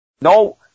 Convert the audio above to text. No